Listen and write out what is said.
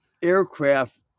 aircraft